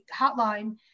hotline